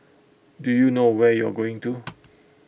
do you know where you're going to